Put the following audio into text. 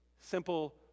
simple